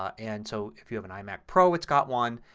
um and so if you have an imac pro it's got one.